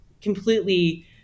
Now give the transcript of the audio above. completely